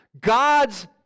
God's